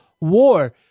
war